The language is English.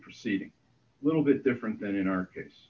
proceeding little bit different than in our case